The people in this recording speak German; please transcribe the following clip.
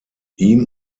ihm